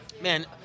Man